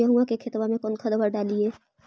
गेहुआ के खेतवा में कौन खदबा डालिए?